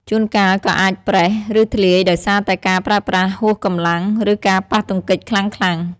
ជួនកាលក៏អាចប្រេះ ឬធ្លាយដោយសារតែការប្រើប្រាស់ហួសកម្លាំង ឬការប៉ះទង្គិចខ្លាំងៗ។